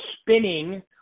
spinning